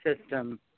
system